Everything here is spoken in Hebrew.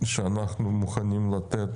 שאנחנו מוכנים לתת